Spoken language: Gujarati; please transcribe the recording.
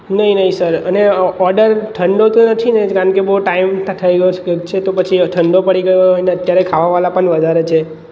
નહીં નહીં સર અને ઓર્ડર ઠંડો તો નથી ને કારણ કે બહુ ટાઈમ ત્યાં થઈ ગયો છે પછી એ ઠંડો પડી ગયો અને અત્યારે ખાવાવાળા પણ વધારે છે